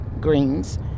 greens